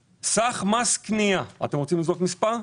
סך מס קנייה, אתם רוצים לזרוק מספר?